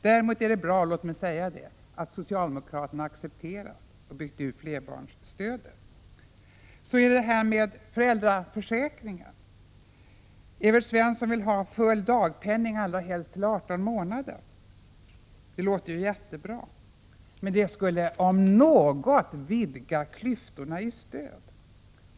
Däremot är det bra, låt mig säga det, att socialdemokraterna har accepterat och byggt ut flerbarnsstödet. I föräldraförsäkringen vill Evert Svensson ha full kompensation för inkomstbortfall, allra helst i 18 månader. Det låter jättebra. Men det om något skulle vidga klyftorna i stöd.